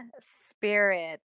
spirit